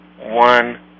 one